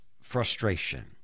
frustration